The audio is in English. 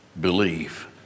believe